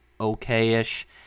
okay-ish